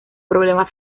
problema